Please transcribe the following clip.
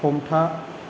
हमथा